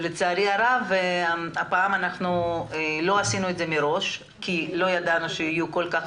לצערי הרב הפעם לא עשינו את זה מראש כי לא ידענו שיהיו בדיון כל כך